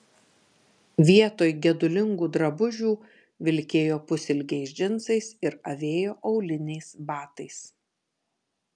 vietoj gedulingų drabužių vilkėjo pusilgiais džinsais ir avėjo auliniais batais